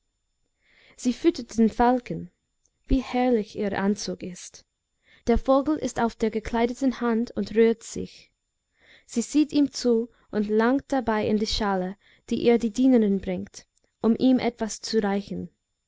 sie füttert den falken wie herrlich ihr anzug ist der vogel ist auf der gekleideten hand und rührt sich sie sieht ihm zu und langt dabei in die schale die ihr die dienerin bringt um ihm etwas zu reichen